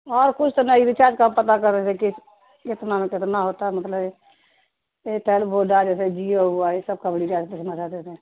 اور کچھ تو نہیں ریچارج کا پتتا کر رہ تھے کہ کتنا میں کتنا ہوتا ہے مطلب یہ ایٹیل بوڈ آ جیسے جیو ہوا یہ سب کبڑج کچھ مہ دیتے